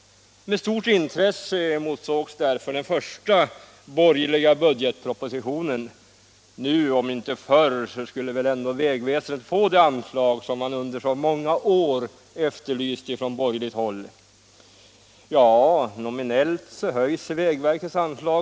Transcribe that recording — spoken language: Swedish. Med stort intresse emotsågs därför den första borgerliga budgetpropositionen. Nu om inte förr skulle väl ändå vägväsendet få de anslag som man under så många år efterlyst från borgerligt håll.